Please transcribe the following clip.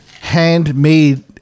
Handmade